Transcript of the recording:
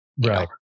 right